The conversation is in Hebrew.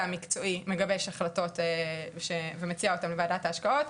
המקצועי מגבש החלטות ומציע אותן לוועדה ההשקעות.